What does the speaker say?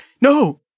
No